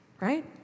right